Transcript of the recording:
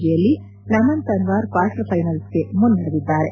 ಜಿಯಲ್ಲಿ ನಮನ್ ತನ್ವಾರ್ ಕ್ವಾರ್ಟರ್ ಫೈನಲ್ಗೆ ಮುನ್ನಡೆದಿದ್ದಾರೆ